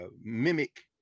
mimic